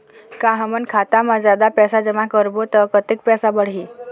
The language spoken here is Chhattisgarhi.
का हमन खाता मा जादा पैसा जमा करबो ता कतेक पैसा बढ़ही?